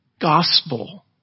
gospel